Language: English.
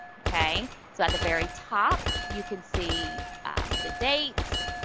okay? so, at the very top, you can see the dates,